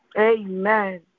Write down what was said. Amen